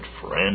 friend